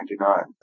1999